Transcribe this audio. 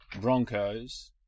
Broncos